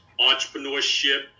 entrepreneurship